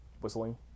whistling